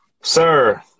sir